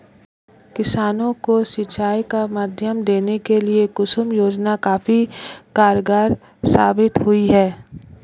किसानों को सिंचाई का माध्यम देने के लिए कुसुम योजना काफी कारगार साबित हुई है